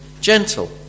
gentle